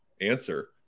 answer